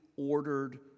...ordered